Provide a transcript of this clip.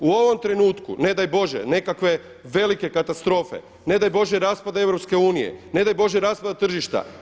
U ovom trenutku ne daj Bože nekakve velike katastrofe, ne daj Bože raspada EU, ne daj Bože raspada tržišta.